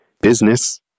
business